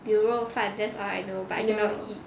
卤肉饭 that's all I know but I can't eat